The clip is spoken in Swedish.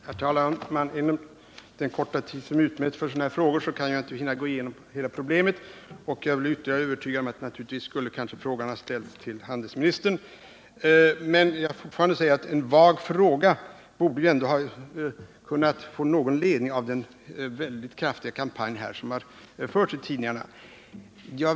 Herr talman! På den korta tid som står till buds i sådana här frågor kan jag inte hinna gå igenom hela problemet. Jag har nu blivit än mer övertygad om att frågan skulle ha ställts till handelsministern. Även om frågan är vag, borde man ha fått någon ledning av den mycket kraftiga kampanj som har förts i tidningarna.